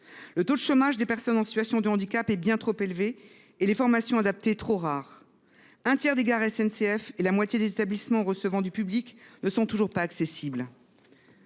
Le taux de chômage des personnes en situation de handicap est bien trop élevé et les formations adaptées trop rares. Un tiers des gares SNCF et la moitié des établissements recevant du public ne sont toujours pas accessibles.